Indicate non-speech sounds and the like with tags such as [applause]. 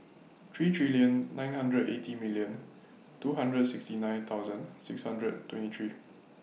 three three [unintelligible] nine hundred eighty million two hundred sixty nine thousand six hundred twenty three